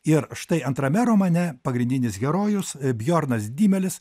ir štai antrame romane pagrindinis herojus bjornas dymelis